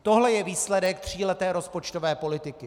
Tohle je výsledek tříleté rozpočtové politiky.